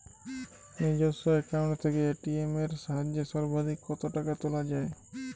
নিজস্ব অ্যাকাউন্ট থেকে এ.টি.এম এর সাহায্যে সর্বাধিক কতো টাকা তোলা যায়?